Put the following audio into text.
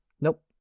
nope